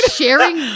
sharing